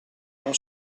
non